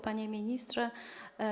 Panie Ministrze!